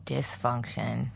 Dysfunction